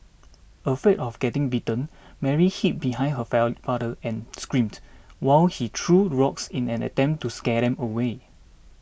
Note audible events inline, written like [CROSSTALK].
afraid of getting bitten Mary hid behind her [UNINTELLIGIBLE] father and screamed while he threw rocks in an attempt to scare them away